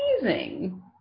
amazing